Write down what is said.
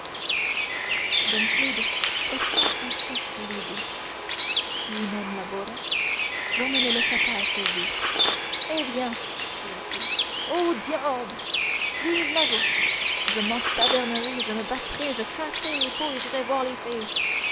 dom claude hocha son chef ridé qui non laborat jehan ne le laissa pas achever eh bien cria-t-il au diable vive la joie je m'entavernerai je me battrai je casserai les pots et j'irai voir les filles